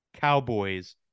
Cowboys